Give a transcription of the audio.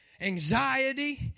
anxiety